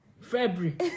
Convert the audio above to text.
February